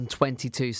22